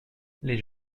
les